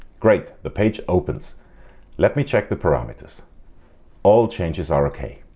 great the page opens let me check the parameters all changes are ok.